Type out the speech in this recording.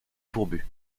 fourbus